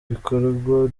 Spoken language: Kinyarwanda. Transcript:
ibikorwa